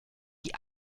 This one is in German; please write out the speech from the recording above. die